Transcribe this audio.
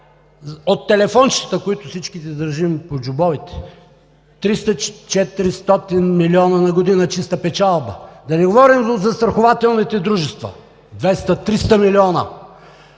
от телефончетата, които всичките държим по джобовете: 300 – 400 млн. лв. на година чиста печалба! Да не говорим за застрахователните дружества: 200 – 300 млн.